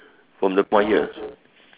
from the point here